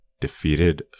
defeated